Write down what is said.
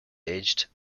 aged